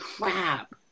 crap